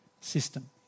system